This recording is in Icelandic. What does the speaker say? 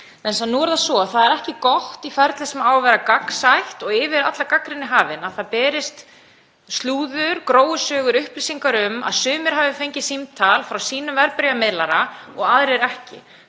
í þessu ferli. Það er ekki gott í ferli sem á að vera gagnsætt og yfir alla gagnrýni hafið að það berist slúður, gróusögur, upplýsingar um að sumir hafi fengið símtal frá sínum verðbréfamiðlara og aðrir ekki.